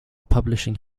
publishing